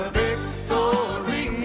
victory